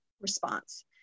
response